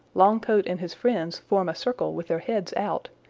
longcoat and his friends form a circle with their heads out,